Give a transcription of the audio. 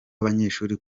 abanyeshuri